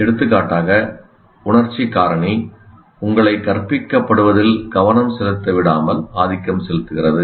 எடுத்துக்காட்டாக உணர்ச்சி காரணி உங்களை கற்பிக்கப்படுவதில் கவனம் செலுத்த விடாமல் ஆதிக்கம் செலுத்துகிறது